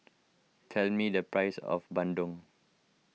tell me the price of Bandung